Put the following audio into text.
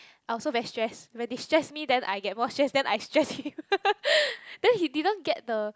I also very stressed when they stress me then I get more stressed then I stress him then he didn't get the